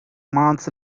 months